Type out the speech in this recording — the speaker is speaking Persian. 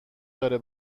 داره